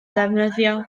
ddefnyddiol